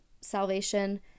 salvation